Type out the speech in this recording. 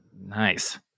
Nice